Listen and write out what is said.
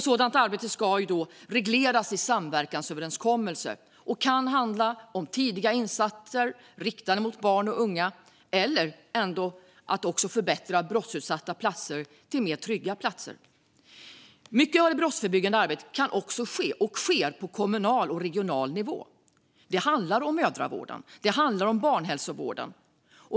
Sådant arbete ska regleras i samverkansöverenskommelser och kan handla om tidiga insatser riktade mot barn och unga eller om att förbättra brottsutsatta platser och göra dem till tryggare platser. Mycket av det brottsförebyggande arbetet kan ske - och sker - på kommunal och regional nivå. Det handlar om mödravården. Det handlar om barnhälsovården.